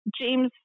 James